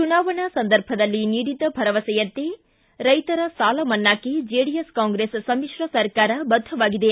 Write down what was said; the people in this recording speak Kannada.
ಚುನಾವಣಾ ಸಂದರ್ಭದಲ್ಲಿ ನೀಡಿದ್ದ ಭರವಸೆಯಂತೆ ರೈತರ ಸಾಲಮನ್ನಾಕ್ಷೆ ಜೆಡಿಎಸ್ ಕಾಂಗ್ರೆಸ್ ಸಮಿತ್ರ ಸರ್ಕಾರ ಬದ್ದವಾಗಿದೆ